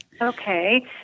Okay